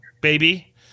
baby